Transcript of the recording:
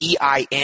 EIN